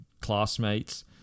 classmates